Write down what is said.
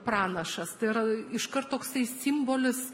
pranašas tai yra iškart toksai simbolis